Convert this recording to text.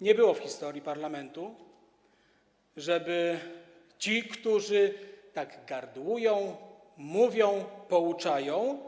Nie było w historii parlamentu takiej sytuacji, żeby ci, którzy tak gardłują, mówią, pouczają,